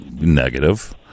negative